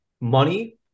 money